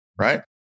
right